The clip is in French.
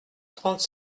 trente